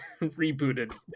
rebooted